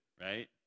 right